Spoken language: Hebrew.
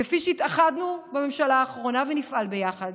כפי שהתאחדנו בממשלה האחרונה ונפעל ביחד.